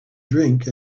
drink